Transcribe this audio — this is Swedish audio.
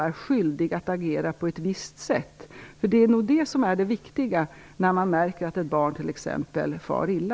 Det är nog det som är det viktiga när man märker att ett barn t.ex. far illa.